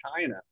China